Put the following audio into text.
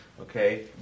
okay